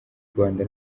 rwanda